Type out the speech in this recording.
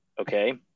Okay